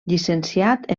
llicenciat